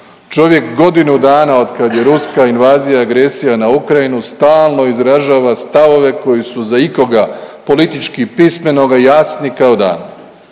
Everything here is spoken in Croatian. Čovjek godinu dana od kad je ruska invazija i agresija na Ukrajinu stalno izražava stavove koji su za ikoga politički pismenoga jasni kao dan.